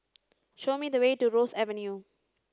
show me the way to Ross Avenue